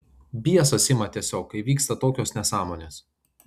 biesas ima tiesiog kai vyksta tokios nesąmonės